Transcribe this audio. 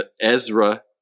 Ezra